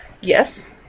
Yes